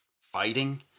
fighting